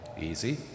easy